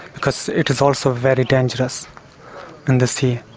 because it is also very dangerous in the sea.